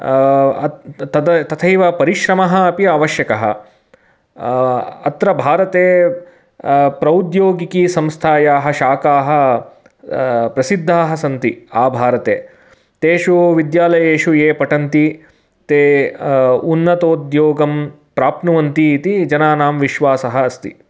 तद् तथैव परिश्रमः अपि आवश्यकः अत्र भारते प्रौद्योगिकीसंस्थायाः शाखाः प्रसिद्धाः सन्ति आभारते तेषु विद्यालयेषु ये पठन्ति ते उन्नतोद्योगं प्राप्नुवन्ति इति जनानां विश्वासः अस्ति